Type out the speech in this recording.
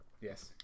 Yes